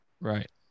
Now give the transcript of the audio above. Right